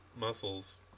muscles